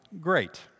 great